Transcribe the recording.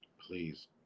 Please